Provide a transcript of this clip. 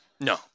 No